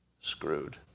Screwed